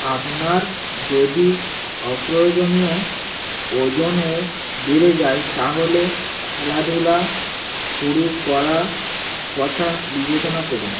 আপনার যদি অপ্রয়োজনীয় ওজনও বেড়ে যায় তাহলে খেলাধূলা শুরু করার কথা বিবেচনা করুন